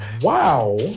Wow